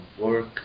work